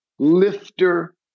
lifter